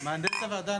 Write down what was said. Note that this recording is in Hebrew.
שנאמר בוועדה,